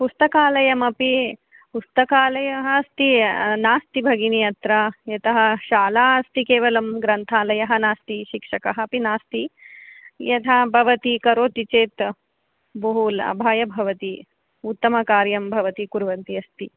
पुस्तकालयमपि पुस्तकालयः अस्ति नास्ति भगिनि अत्र यतः शाला अस्ति केवलं ग्रन्थालयः नास्ति शिक्षकः अपि नास्ति यथा भवती करोति चेत् बहु लाभाय भवति उत्तम कार्यं भवती कुर्वन्ति अस्ति